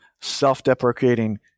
self-deprecating